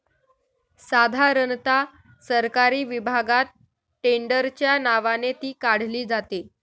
साधारणता सरकारी विभागात टेंडरच्या नावाने ती काढली जाते